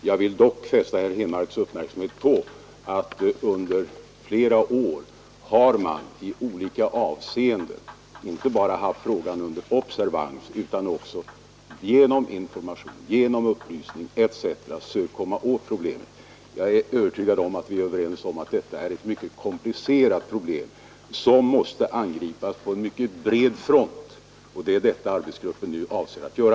Jag vill dock fästa herr Henmarks uppmärksamhet på att under flera år har man i olika avseenden inte bara haft frågan under observans utan också genom information, upplysning etc. sökt komma åt problemet. Jag är övertygad om att vi båda anser att detta är ett synnerligen komplicerat problem som måste angripas på en mycket bred front, och det är detta arbetsgruppen nu avser att göra.